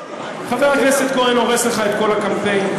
וחבר הכנסת כהן הורס לך את כל הקמפיין.